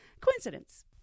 coincidence